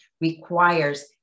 requires